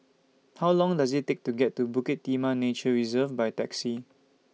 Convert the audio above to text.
How Long Does IT Take to get to Bukit Timah Nature Reserve By Taxi